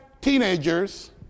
teenagers